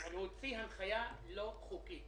הוא הוציא הנחיה לא חוקית.